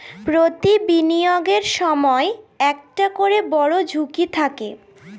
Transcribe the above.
প্রতি বিনিয়োগের সময় একটা করে বড়ো ঝুঁকি থাকে